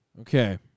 Okay